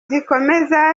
zikomeza